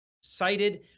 cited